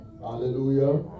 Hallelujah